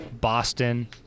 Boston